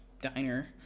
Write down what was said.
diner